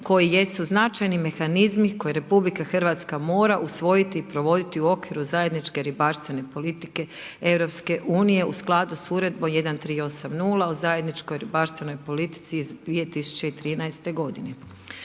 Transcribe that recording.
koji jesu značajni mehanizmi koje RH mora usvojiti i provoditi u okviru zajedničke ribarstvene politike EU u skladu s Uredbom 1380 o zajedničkoj ribarstvenoj politici iz 2013. godine.